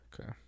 Okay